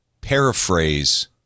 Paraphrase